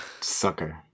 Sucker